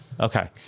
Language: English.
Okay